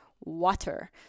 water